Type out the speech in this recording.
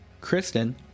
Kristen